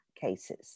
cases